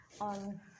on